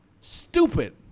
Stupid